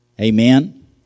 Amen